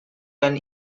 than